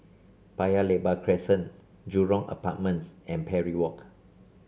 Paya Lebar Crescent Jurong Apartments and Parry Walk